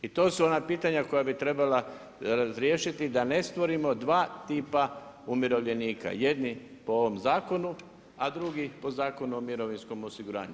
I to su ona pitanja koja bi trebala razriješiti da ne stvorimo dva tipa umirovljenika, jedni po ovom zakonu a drugi po Zakonu o mirovinskom osiguranju.